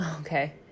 Okay